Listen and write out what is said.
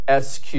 SQ